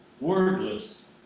wordless